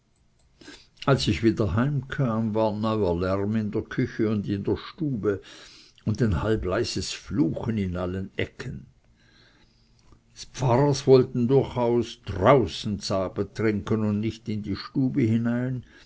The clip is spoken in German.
als ich wieder heim kam war neuer lärm in der küche und in der stube und ein halbleises fluchen in allen ecken ds pfarrers wollten durchaus draußen z'abetrinken und nicht in die stube hinein